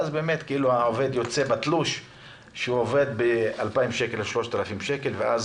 ואז בתלוש של העובד יוצא כאילו הוא מקבל שכר של 2,000 או 3,000 שקל ואז